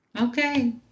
Okay